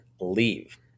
leave